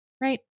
Right